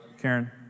Karen